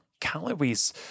calories